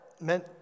meant